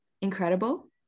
incredible